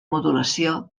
modulació